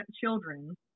children